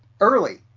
early